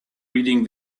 reading